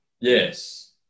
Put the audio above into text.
Yes